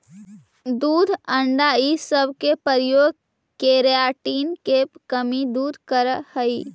दूध अण्डा इ सब के प्रयोग केराटिन के कमी दूर करऽ हई